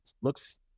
looks